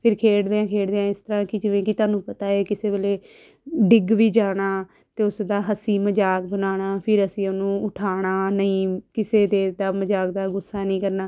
ਫਿਰ ਖੇਡਦਿਆਂ ਖੇਡਦਿਆਂ ਇਸ ਤਰ੍ਹਾਂ ਕਿ ਜਿਵੇਂ ਕਿ ਤੁਹਾਨੂੰ ਪਤਾ ਹੈ ਕਿਸੇ ਵੇਲੇ ਡਿੱਗ ਵੀ ਜਾਣਾ ਅਤੇ ਉਸ ਦਾ ਹੱਸੀ ਮਜ਼ਾਕ ਬਣਾਉਣਾ ਫਿਰ ਅਸੀਂ ਉਹਨੂੰ ਉਠਾਉਣਾ ਨਹੀਂ ਕਿਸੇ ਦੇ ਦਾ ਮਜ਼ਾਕ ਦਾ ਗੁੱਸਾ ਨਹੀਂ ਕਰਨਾ